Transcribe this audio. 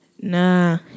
Nah